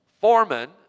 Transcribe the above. Foreman